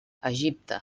egipte